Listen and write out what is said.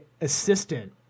assistant